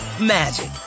magic